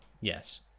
Yes